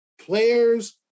players